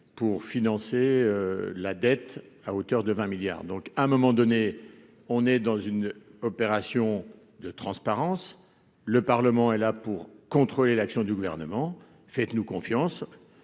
pour financer la dette à hauteur de 20 milliards d'euros. Bref, il s'agit d'une question de transparence. Le Parlement est là pour contrôler l'action du Gouvernement : faites-nous confiance.